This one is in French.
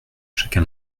chacun